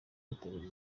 bitabiriye